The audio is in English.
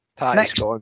next